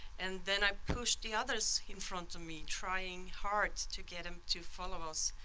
and then i pushed the others in front of me trying hard to get them to follow us.